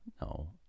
no